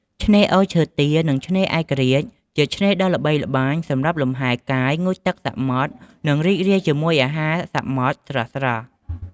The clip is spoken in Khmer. ឆ្នេរអូរឈើទាល និងឆ្នេរឯករាជ្យ ជាឆ្នេរដ៏ល្បីល្បាញសម្រាប់លំហែកាយ ងូតទឹកសមុទ្រ និងរីករាយជាមួយអាហារសមុទ្រស្រស់ៗ។